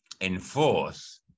enforce